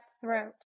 throat